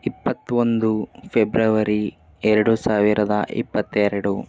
ಇಪ್ಪತ್ತೊಂದು ಫೆಬ್ರವರಿ ಎರಡು ಸಾವಿರದ ಇಪ್ಪತ್ತೆರಡು